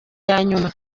yanyuma